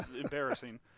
embarrassing